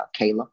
Kayla